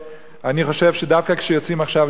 אני חושב שדווקא כשיוצאים עכשיו לבחירות,